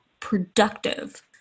productive